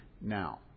now